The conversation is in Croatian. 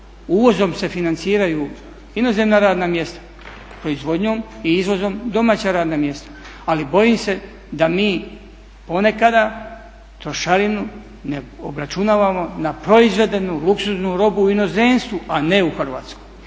Uvozom se financiraju inozemna radna mjesta, proizvodnjom i izvozom domaća radna mjesta, ali bojim se da mi ponekada trošarinu ne obračunavamo na proizvedenu luksuznu robu u inozemstvu, a ne u Hrvatskoj.